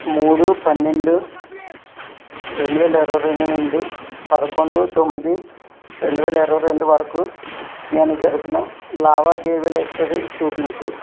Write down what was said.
మూడు పన్నెండు రెండు వేల ఇరవై రెండు నుండి పదకొండు తొమ్మిది రెండు వేల ఇరవై రెండు వరకు నేను జరిపిన లావాదేవీల హిస్టరీ చూపించు